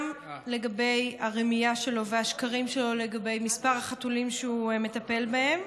גם לגבי הרמייה שלו והשקרים שלו לגבי מספר החתולים שהוא מטפל בהם,